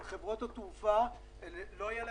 אבל לחברות התעופה לא יהיו עסקים,